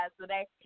today